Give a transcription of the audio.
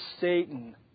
Satan